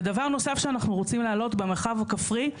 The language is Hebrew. ודבר נוסף שאנחנו רוצים להעלות במרחב הכפרי.